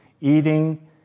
eating